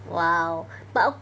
!wow! but